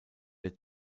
der